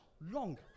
Long